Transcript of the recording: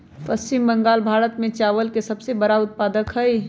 पश्चिम बंगाल भारत में चावल के सबसे बड़ा उत्पादक हई